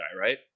right